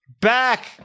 Back